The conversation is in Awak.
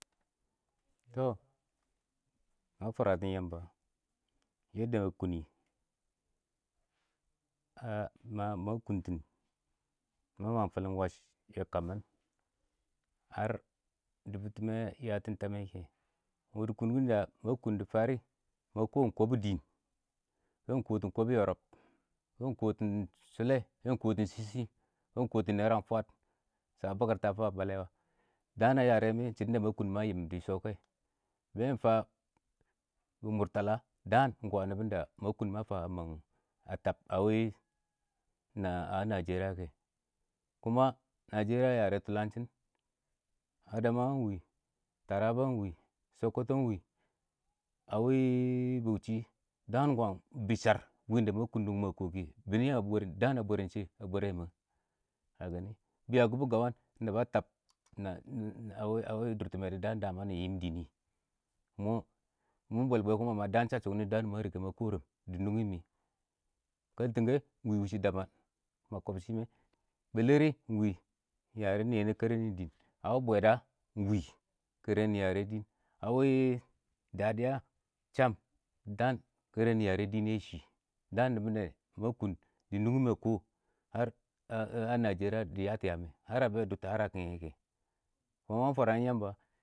﻿Tɔ ma fwaratin Yamba ma kuntɪn, ma mang fɪlɪn wash yɛ kammɪn ngar dʊbʊtɪmɛ ɪng yatɪn tamɛ kɛ, mɪ dɪ kunkɪn sha, ma kʊn, ma kɔɔm kɔbɔ dɪɪn,bɛ ɪng kɔtɪn kɔbɔ yɔrɔb, bɛ ɪng kɔtɪn shʊlɛ, bɛ ɪng kɔtɪn shɪshɪ, bɛ ɪng kɔtɪn nairan fwaad, takartan tafawa balɛwa, daan a yarɛ mɛ shɪdɔn da ma kʊntɪn ma yɪm dɪ shɔ kɛ, bɛ ɪng fa wɪ mʊrtala, daan ɪng kwaan nɪbɔn da ma kʊn ma fa a tab a wɪ nashɛrɪya kɛ kuma nashɛrɪya a yara tʊlanshɪn, ngadmawa ɪng wɪ, taraba ɪng wɪ,sɔkɔtɔ ɪng wɪ, a wɪ bɪ bauchɪ daan kwaan wi char ma kʊntɪn nungi mɪ a kɔ kɪ, bɪnɪ daan a bʊrɛ mɛ, kagani bɪ yakʊbʊ gawan, daan nɪbɔ a tab a wɪ dʊrtɪmɛ nɪ yɪm dɪ nɪ ɪng mɔ ,mɪ bwɛl bwɛ ma rɪka ,ma kɔram dɪ nʊngɪ mɪ,kɛltɪgɛ, ɪng wɪ wʊshɛ dabam, makɔmshɪ mɛ, birliri ɪng wɪ, yare nni kɛ rɛ nɪɪn nɪ yɛ diɪ,a wɪ bwɛda ɪng wɪ,kɛrɛ nɪ yarɛ dɪɪn. a wi dadɪya, cham dɪ daan kɛrɛ nɪ yare dɪɪn yɛ shɪ.daan nɪbɔn da dɪ ba kull nungi a kɔ kɪ ngar nisheriya dɪ yatɔ yaam mɛ har a bi dʊbtɛ ngar kɪngnɛ kɛ mwan furan iyaba.